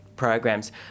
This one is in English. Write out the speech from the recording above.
Programs